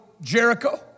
Jericho